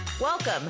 Welcome